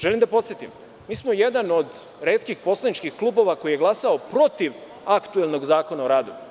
Želim da podsetim, mi smo jedan od retkih poslaničkih klubova koji je glasao protiv aktuelnog Zakona o radu.